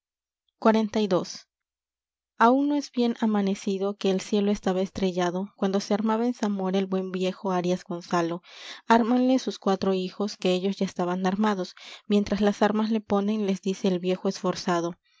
xlii aún no es bien amanescido quel cielo estaba estrellado cuando se armaba en zamora el buen viejo arias gonzalo ármanle sus cuatro hijos quellos ya estaban armados mientras las armas le ponen les dice el viejo esforzado